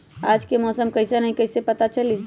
आज के मौसम कईसन हैं कईसे पता चली?